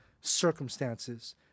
circumstances